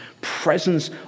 presence